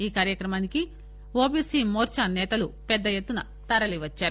ఈ కార్యక్రమానికి ఓబీసీ మోర్చా సేతలు పెద్దఎత్తున తరలి వచ్చారు